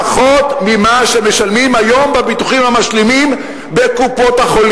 פחות ממה שמשלמים היום בביטוחים המשלימים בקופות-החולים,